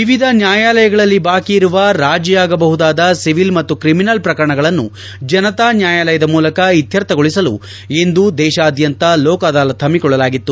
ವಿವಿಧ ನ್ಯಾಯಾಲಯಗಳಲ್ಲಿ ಬಾಕಿಯಿರುವ ರಾಜಿಯಾಗಬಹುದಾದ ಸಿವಿಲ್ ಮತ್ತು ಕ್ರಿಮಿನಲ್ ಪ್ರಕರಣಗಳನ್ನು ಜನತಾ ನ್ಯಾಯಾಲಯದ ಮೂಲಕ ಇತ್ತರ್ಥಗೊಳಿಸಲು ಇಂದು ದೇಶಾದ್ಯಂತ ಲೋಕ ಅದಾಲತ್ ಹಮ್ಮಕೊಳ್ಳಲಾಗಿತ್ತು